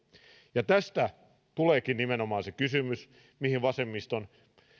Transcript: ja tästä tuleekin nimenomaan se kysymys mihin vasemmiston